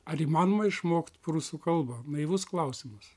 ar įmanoma išmokt prūsų kalbą naivus klausimas